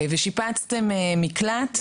ושיפצתם מקלט?